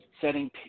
Setting